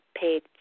paid